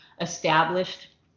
established